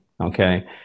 Okay